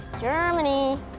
Germany